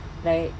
like